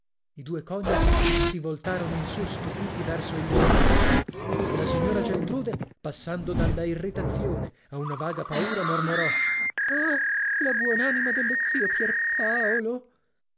i due coniugi si voltarono in su stupiti verso il ritratto e la signora geltrude passando dalla irritazione a una vaga paura mormorò ah la buonanima dello zio pierpaolo